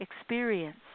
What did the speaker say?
experience